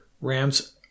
Rams